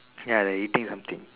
ya they eating something